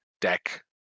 deck